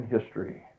history